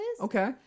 Okay